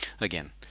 again